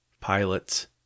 pilots